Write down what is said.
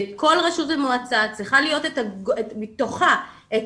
לכל רשות ומועצה צריכה להיות בתוכה את